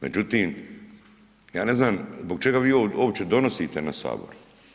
Međutim, ja ne znam zbog čega vi ovo uopće donosite na Sabor.